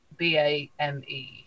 BAME